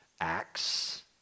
Acts